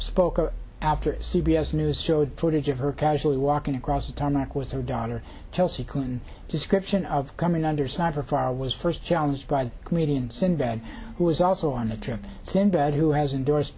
spoke out after c b s news showed footage of her casually walking across the tarmac with her daughter chelsea clinton description of coming under sniper fire was first challenged by comedian sinbad who was also on the trip sinbad who has indorsed